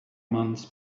months